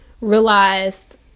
realized